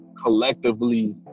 collectively